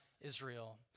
Israel